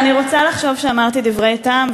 אני רוצה לחשוב שאמרתי דברי טעם,